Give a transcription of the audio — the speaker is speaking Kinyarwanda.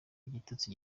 igitutsi